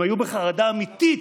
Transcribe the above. הם היו בחרדה אמיתית.